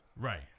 Right